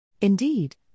Indeed